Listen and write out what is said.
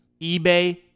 eBay